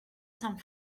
sant